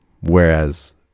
whereas